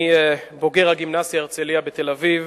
אני בוגר הגימנסיה "הרצליה" בתל-אביב,